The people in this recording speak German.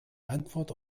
antwort